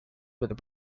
where